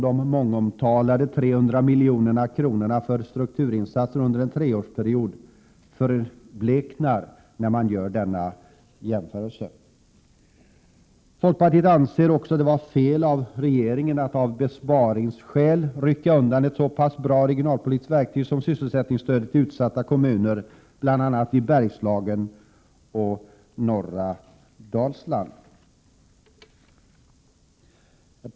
De mångomtalade 300 miljonerna för strukturinsatser under en treårsperiod förbleknar vid denna jämförelse. Vidare anser vi i folkpartiet att det var fel av regeringen att av besparingsskäl rycka undan ett så pass bra regionalpolitiskt verktyg som sysselsättningsstödet till utsatta kommuner — bl.a. i Bergslagen och norra Dalsland.